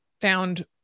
found